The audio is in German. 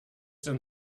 denn